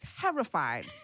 terrified